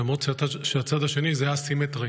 למרות שהצד השני זה א-סימטרי,